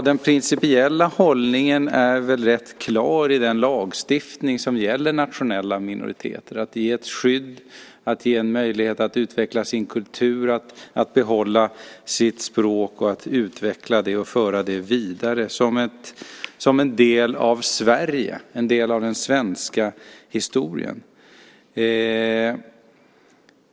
Den principiella hållningen är väl rätt klar i den lagstiftning som gäller nationella minoriteter, att ge ett skydd och ge en möjlighet att utveckla sin kultur, att behålla sitt språk och utveckla det och föra det vidare som en del av Sverige, en del av den svenska historien.